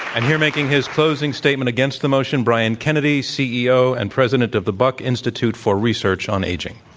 and here making his closing statement against the motion, brian kennedy, ceo and president of the buck institute for research on aging.